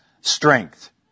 strength